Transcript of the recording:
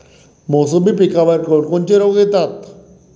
मोसंबी पिकावर कोन कोनचे रोग येतात?